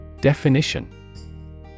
Definition